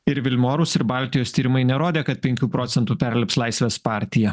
ir vilmorus ir baltijos tyrimai nerodė kad penkių procentų perlips laisvės partija